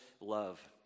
love